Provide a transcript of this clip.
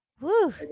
Woo